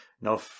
No